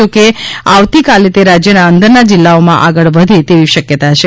જો કે આવતીકાલે તે રાજ્યના અંદરના જીલ્લામાં આગળ વધે તેવી શક્યતા છે